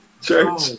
church